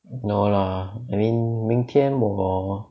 no lah I mean 明天我